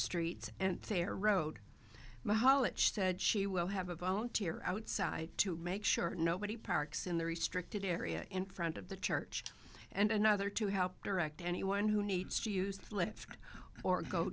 street and thayer road mahal it said she will have a volunteer outside to make sure nobody parks in the restricted area in front of the church and another to help direct anyone who needs to use the lift or go